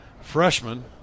freshman